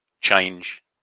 change